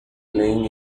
playing